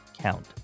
count